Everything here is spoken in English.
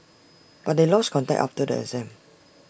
but they lost contact after the exam